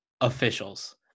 officials